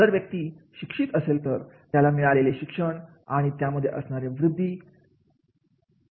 जर व्यक्ती शिक्षित असेल तर त्याला मिळालेले शिक्षण आणि त्यामध्ये असणाऱ्या वृद्धि आहेत